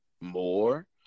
more